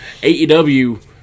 AEW